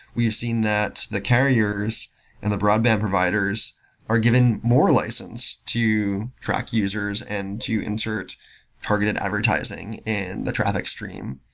we've seen that the carriers and the broadband providers are given more license to track users and to insert targeted advertising in the traffic stream.